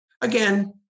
again